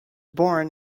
born